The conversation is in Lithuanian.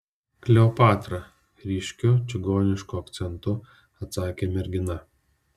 kleopatra ryškiu čigonišku akcentu atsakė mergina